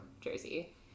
Jersey